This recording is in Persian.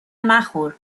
مخور